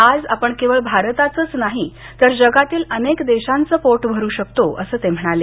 आज आपण केवळ भारताचंच नाही तर जगातील अनेक देशांचं पोट भरु शकतो असं ते म्हणाले